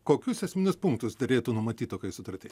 kokius esminius punktus derėtų numatyt tokioj sutarty